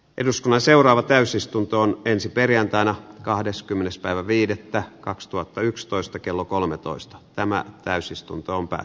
eduskunnan seuraava täysistuntoon ensi perjantaina kahdeskymmenes päivä viidettä toivon että se menee läpi